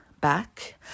back